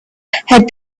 had